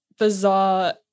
bizarre